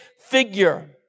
figure